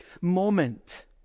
moment